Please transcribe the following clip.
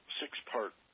six-part